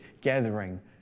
gathering